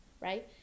Right